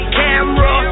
camera